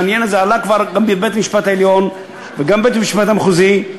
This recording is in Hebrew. העניין הזה עלה כבר גם בבית-המשפט העליון וגם בבית-משפט מחוזי,